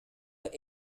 but